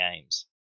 games